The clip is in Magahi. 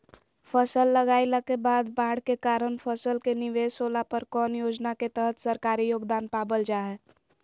फसल लगाईला के बाद बाढ़ के कारण फसल के निवेस होला पर कौन योजना के तहत सरकारी योगदान पाबल जा हय?